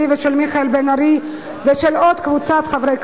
ושל מיכאל בן-ארי ושל עוד קבוצת חברי כנסת.